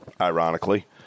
ironically